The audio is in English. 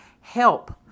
Help